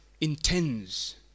intends